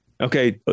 Okay